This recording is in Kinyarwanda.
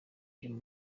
uyu